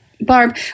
Barb